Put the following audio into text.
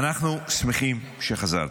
אנחנו שמחים שחזרתן.